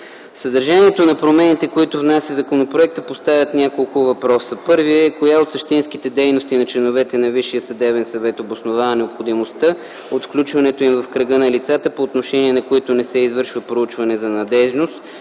Съдържанието на промените, които внася законопроектът, поставя няколко въпроса. Първият е коя от същинските дейности на членовете на Висшия съдебен съвет обосновава необходимостта от включването им в кръга на лицата, по отношение на които не се извършва проучване за надеждност,